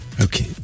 Okay